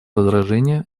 возражения